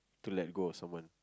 to let go of someone